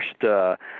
first